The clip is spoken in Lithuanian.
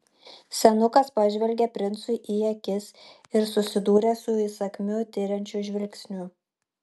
senukas pažvelgė princui į akis ir susidūrė su įsakmiu tiriančiu žvilgsniu